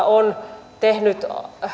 on